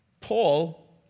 Paul